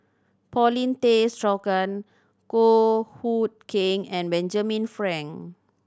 Paulin Tay Straughan Goh Hood Keng and Benjamin Frank